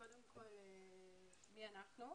קודם כל מי אנחנו.